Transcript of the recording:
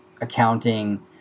accounting